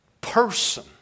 person